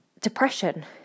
depression